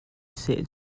seh